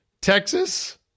Texas